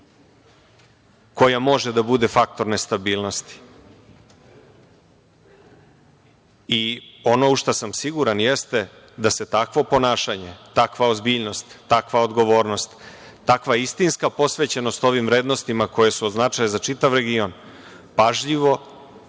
koja može da bude faktor nestabilnosti. Ono u šta sam siguran jeste da se takvo ponašanje, takva ozbiljnost, takva odgovornost, takva istinska posvećenost ovim vrednostima, koji su od značaja za čitav region, pažljivo